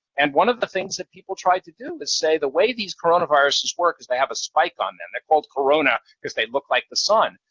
and one of the things that people tried to do was say the way these coronaviruses work is they have a spike on them. they're called corona because they look like the sun.